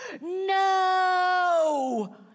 No